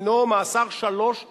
דינו מאסר שלוש שנים.